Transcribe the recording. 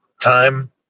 time